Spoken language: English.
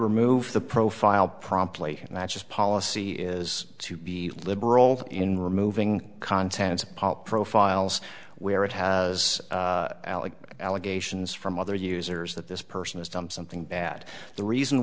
remove the profile promptly matches policy is to be liberal in removing contents of pop profiles where it has allegations from other users that this person has done something bad the reason